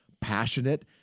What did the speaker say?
passionate